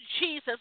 Jesus